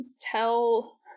tell